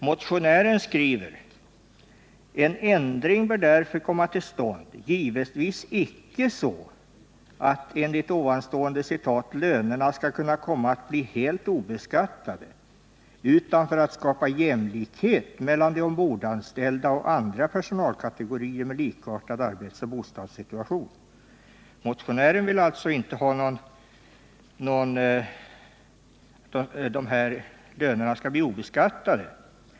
Motionären skriver: ”En ändring bör därför komma till stånd, givetvis icke så att ——— lönerna skall kunna komma att bli helt obeskattade utan för att skapa jämlikhet mellan de ombordanställda och andra personalkategorier med likartad arbetsoch bostadssituation.” Motionären vill alltså inte att lönerna skall bli obeskattade.